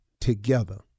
together